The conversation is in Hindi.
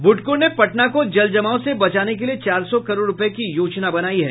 ब्रडको ने पटना को जलजमाव से बचाने के लिए चार सौ करोड़ रूपये की योजना बनायी है